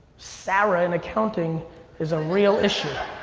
sarah in accounting is a real issue.